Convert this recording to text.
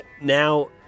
now